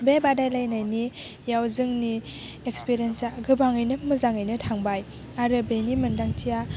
बे बादायलायनायनियाव जोंनि इक्सपिरियेन्सआ गोबाङैनो मोजाङैनो थांबाय आरो बेनि मोन्दांथिया